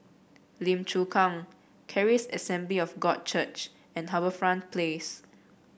Lim Chu Kang Charis Assembly of God Church and HarbourFront Place